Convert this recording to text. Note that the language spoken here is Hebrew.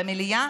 למליאה,